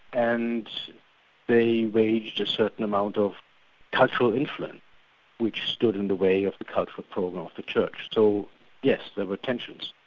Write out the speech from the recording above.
and they waged a certain amount of cultural influence which stood in the way of the cultural program of the church. so yes, there were tensions.